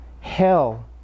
hell